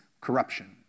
corruption